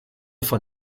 von